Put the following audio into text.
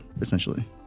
essentially